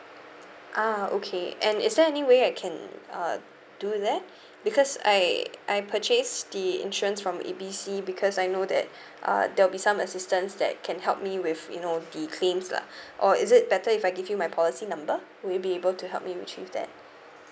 ah okay and is there any way I can uh do that because I I purchase the insurance from A B C because I know that uh there'll be some assistance that can help me with you know the claims lah or is it better if I give you my policy number will you be able to help me retrieve that